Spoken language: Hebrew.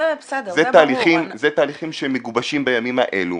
זה בסדר ---- אלה תהליכים שמגובשים בימים האלו,